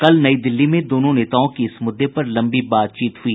कल नई दिल्ली में दोनों नेताओं की इस मुद्दे पर लम्बी बातचीत हुई